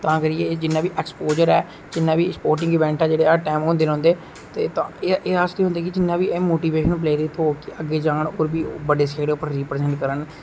तां करिये एक्सपोजर ऐ जिन्ना बी स्पोर्टिंग इंबेट ना जेहडे़ हर टाइम होंदे रौंहदे तां इस आस्ता होंदे कि जियां कि मोटीवेशन प्लेयर गी थ्होग अग्गे जान ते फ्ही ओह् बडे़ स्टेज उप्पर रिप्रजेंट करन